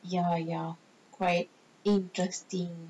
ya ya quite interesting